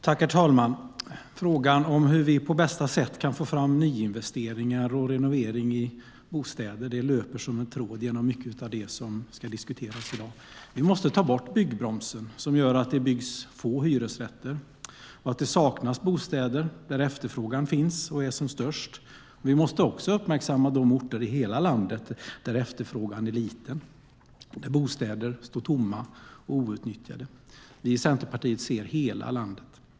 Herr talman! Frågan om hur vi på bästa sätt kan få fram nyinvesteringar och renovering i bostäder löper som en tråd genom mycket av det som ska diskuteras i dag. Vi måste ta bort byggbromsen, som gör att det byggs få hyresrätter och att det saknas bostäder där efterfrågan finns och är som störst. Vi måste också uppmärksamma de orter i hela landet där efterfrågan är liten, där bostäder står tomma och outnyttjade. Vi i Centerpartiet ser hela landet.